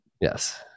yes